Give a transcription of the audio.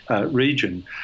region